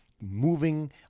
moving